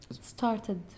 started